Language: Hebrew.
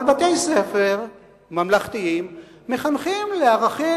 אבל בתי-ספר ממלכתיים מחנכים לערכים,